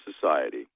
Society